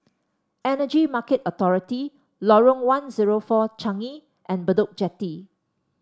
Energy Market Authority Lorong One Zero Four Changi and Bedok Jetty